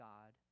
God